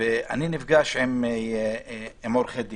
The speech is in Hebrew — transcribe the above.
נפגש עם עורכי דין,